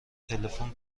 تلفن